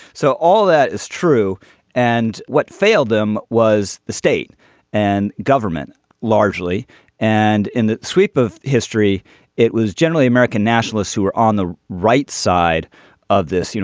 so all that is true and what failed them was the state and government largely and in the sweep of history it was generally american nationalists who were on the right side of this. you know